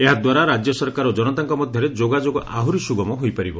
ଏହା ଦ୍ୱାରା ରାକ୍ୟ ସରକାର ଓ ଜନତାଙ୍କ ମଧ୍ୟରେ ଯୋଗାଯୋଗ ଆହୁରି ସୁଗମ ହୋଇପାରିବ